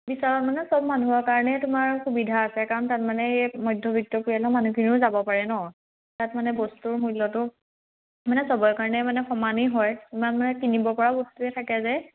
বিছালত মানে চব মানুহৰ কাৰণে তোমাৰ সুবিধা আছে কাৰণ তাত মানে এই মধ্যবিত্ত পৰিয়ালৰ মানুহখিনিও যাব পাৰে ন তাত মানে বস্তুৰ মূল্যটো মানে চবৰ কাৰণে মানে সমানেই হয় ইমান মানে কিনিব পৰা বস্তুৱে থাকে যে